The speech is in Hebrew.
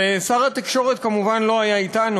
ושר התקשורת כמובן לא היה אתנו,